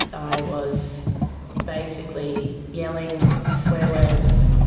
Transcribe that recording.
i was basically yelling swear words,